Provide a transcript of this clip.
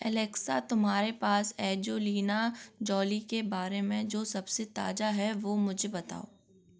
Alexa तुम्हारे पास Angelina Jolie के बारे में जो सबसे ताज़ा है वो मुझे बताओ